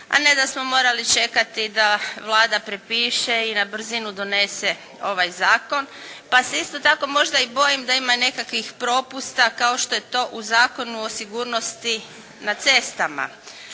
a ne da smo morali čekati da Vlada prepiše i na brzinu donese ovaj Zakon. Pa se isto tako možda i bojim da ima nekakvih propusta kao što je to u Zakonu o sigurnosti na cestama.